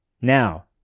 Now